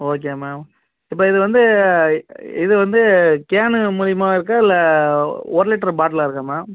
okay ma'am இப்போ இது வந்து இது வந்து கேனு மூலிமா இருக்கா இல்லை ஒரு லிட்டரு பாட்டிலாக இருக்கா மேம்